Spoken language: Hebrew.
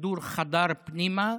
הכדור חדר פנימה,